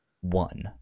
one